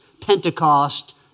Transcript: Pentecost